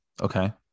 Okay